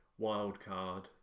wildcard